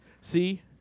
See